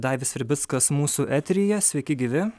daivis ribickas mūsų eteryje sveiki gyvi